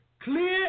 clear